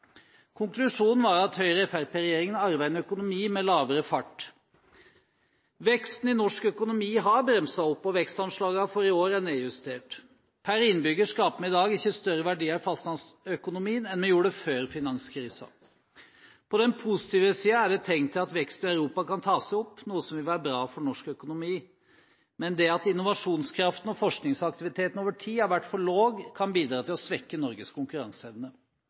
Konklusjonen var at Høyre–Fremskrittsparti-regjeringen arver en økonomi med lavere fart. Veksten i norsk økonomi har bremset opp, og vekstanslagene for i år er nedjustert. Per innbygger skaper vi i dag ikke større verdier i fastlandsøkonomien enn vi gjorde før finanskrisen. På den positive siden er det tegn til at veksten i Europa kan ta seg opp, noe som vil være bra for norsk økonomi. Men det at innovasjonskraften og forskningsaktiviteten over tid har vært for lav, kan bidra til å svekke Norges konkurranseevne.